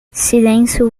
silêncio